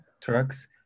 trucks